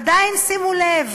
עדיין, שימו לב,